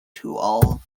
tool